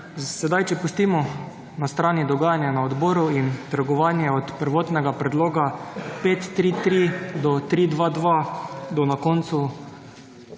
Sedaj, če pustimo na strani dogajanja na odboru in trgovanje od prvotnega predloga 533 do 322 do na koncu